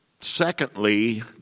secondly